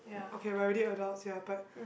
okay we're already adults ya but